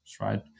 right